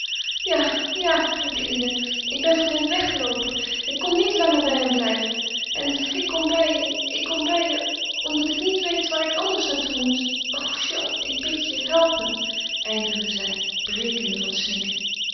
ja ja riep eline ik ben van hen weggeloopen ik kon niet langer bij hen blijven en ik kom bij je ik kom bij je omdat ik niet weet waar ik anders naar toe moet o jeanne ik bid je help me eindigde zij brekende van snikken